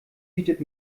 bietet